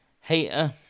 Hater